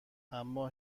اما